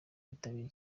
bitabiriye